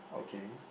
okay